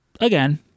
again